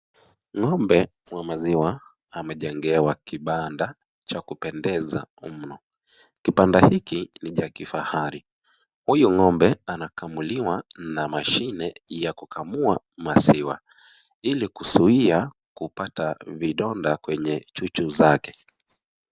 Ng'ombe wa maziwa amejengewa kibanda cha kupendeza mno, kibanda hiki ni cha kifahari, Huyu ng'ombe anakamuliwa na machine ya kukamua maziwa ili kuzuia kupata vidonda kwenye chuchu zake.